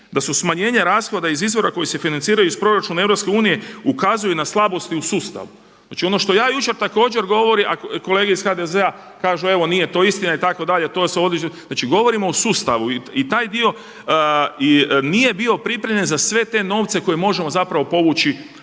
da su smanjenja rashoda iz izvora koji se financiraju iz proračuna EU ukazuju na slabosti u sustavu. Znači ono što ja jučer također govorim, a kolege iz HDZ-a kažu evo nije to istina itd. znači govorimo o sustavu i taj dio i nije bio pripremljen za sve te novce koje možemo povući